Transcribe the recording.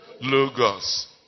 Logos